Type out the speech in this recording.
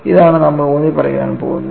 ഇതാണ് നമ്മൾ ഊന്നി പറയാൻ പോകുന്നത്